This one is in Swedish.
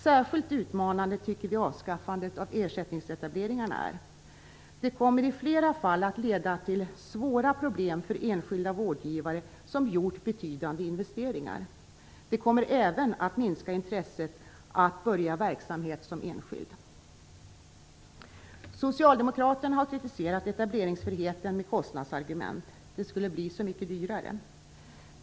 Särskilt utmanande tycker vi avskaffandet av ersättningsetableringarna är. Detta kommer i flera fall att leda till svåra problem för enskilda vårdgivare som gjort betydande investeringar. Det kommer även att minska intresset att börja verksamhet som enskild. Socialdemokraterna har kritiserat etableringsfriheten med kostnadsargument. Det skulle bli så mycket dyrare.